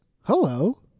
Hello